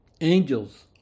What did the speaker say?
Angels